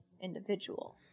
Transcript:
individual